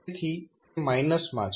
તેથી તે માયનસ માં છે